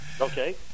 Okay